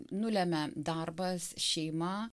nulemia darbas šeima